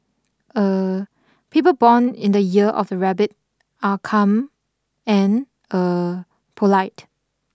er people born in the year of the Rabbit are calm and er polite